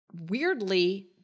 weirdly